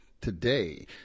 today